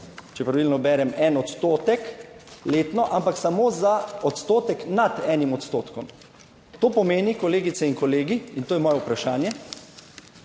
če pravilno berem, 1 odstotek letno, ampak samo za odstotek nad enim odstotkom. To pomeni, kolegice in kolegi in to je moje vprašanje,